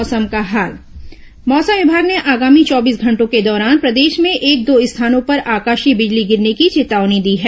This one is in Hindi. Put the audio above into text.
मौसम मौसम विभाग ने आगामी चौबीस घंटों के दौरान प्रदेश में एक दो स्थानों पर आकाशीय बिजली गिरने की चेतावनी दी है